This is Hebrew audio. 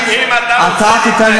אם אתה רוצה להתנגח,